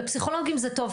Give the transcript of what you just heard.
לפסיכולוגים זה טוב,